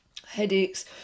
headaches